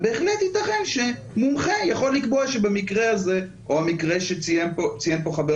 ובהחלט יתכן שמומחה יכול לקבוע שבמקרה הזה או המקרה שציין פה חבר